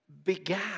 began